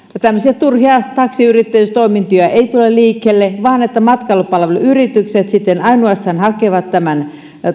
tämmöisiä turhia taksiyrittäjyystoimintoja ei tule liikkeelle vaan matkailupalveluyritykset sitten ainoastaan hakevat tämän